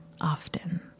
Often